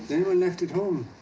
anyone left at home?